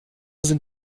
sind